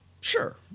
sure